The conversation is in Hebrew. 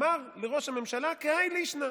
הוא אמר לראש הממשלה כהאי לישנא: